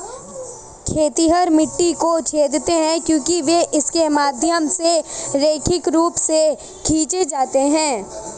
खेतिहर मिट्टी को छेदते हैं क्योंकि वे इसके माध्यम से रैखिक रूप से खींचे जाते हैं